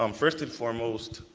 um first and foremost,